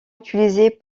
utilisées